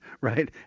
right